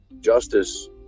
Justice